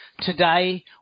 Today